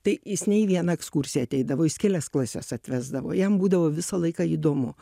tai jis ne į vieną ekskursiją ateidavo jis kelias klases atvesdavo jam būdavo visą laiką įdomu